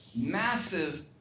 massive